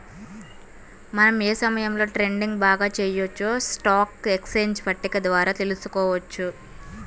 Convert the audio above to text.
మనం ఏ సమయంలో ట్రేడింగ్ బాగా చెయ్యొచ్చో స్టాక్ ఎక్స్చేంజ్ పట్టిక ద్వారా తెలుసుకోవచ్చు